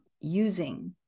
using